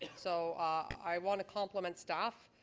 and so i want to compliment staff,